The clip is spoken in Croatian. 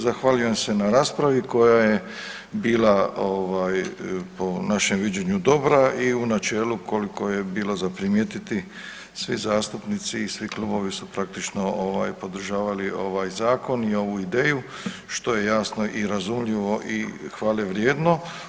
Zahvaljujem se na raspravi koja je bila po našem viđenju dobra i u načelu koliko je bilo za primijetiti svi zastupnici i svi klubovi su praktično podržali ovaj zakon i ovu ideju, što je jasno i razumljivo i hvale vrijedno.